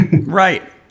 Right